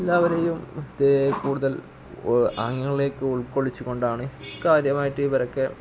എല്ലാവരെയും ഇതേ കൂടുതൽ ആളുകളെയൊക്കെ ഉൾക്കൊള്ളിച്ച് കൊണ്ടാണ് കാര്യമായിട്ട് ഇവരൊക്കെ